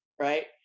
right